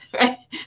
right